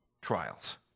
trials